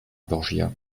borgia